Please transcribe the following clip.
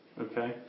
okay